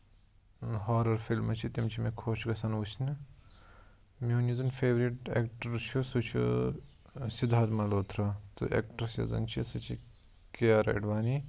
horror فِلمہٕ چھِ تِم چھِ مےٚ خۄش گَژھان وٕچھنہٕ میون یُس زَن فیورِٹ ایٚکٹَر چھُ سُہ چھُ سِدھانت منہوتٕرا تہٕ ایٚکٹرس یۄس زَن چھِ سُہ چھِ کیارا ایڈوانی